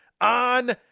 on